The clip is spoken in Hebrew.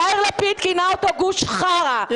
יאיר לפיד גינה אותו גוש חרא,